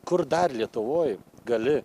kur dar lietuvoj gali